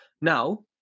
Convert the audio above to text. now